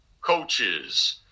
Coaches